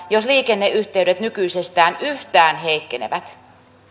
jos liikenneyhteydet nykyisestään yhtään heikkenevät